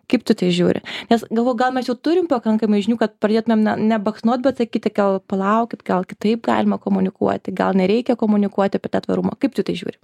kaip tu į tai žiūri nes galvoju gal mes jau turim pakankamai žinių kad pradėtumėm ne nebaksnot bet sakyt gal palaukit gal kitaip galima komunikuoti gal nereikia komunikuoti apie tvarumą kaip tu į tai žiūri